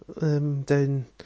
down